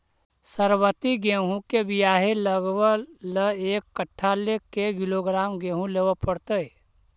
सरबति गेहूँ के बियाह लगबे ल एक कट्ठा ल के किलोग्राम गेहूं लेबे पड़तै?